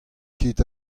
ket